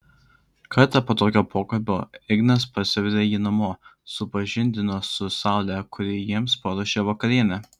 kartą po tokio pokalbio ignas parsivedė jį namo supažindino su saule kuri jiems paruošė vakarienę